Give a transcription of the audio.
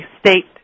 state